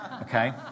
Okay